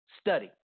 study